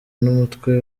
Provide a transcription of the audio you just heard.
n’umutwe